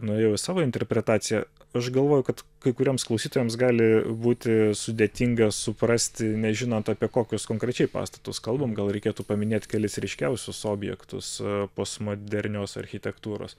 nuėjau savo interpretaciją aš galvoju kad kai kuriems klausytojams gali būti sudėtinga suprasti nežinant apie kokius konkrečiai pastatus kalbam gal reikėtų paminėt kelis ryškiausius objektus postmodernios architektūros